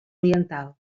oriental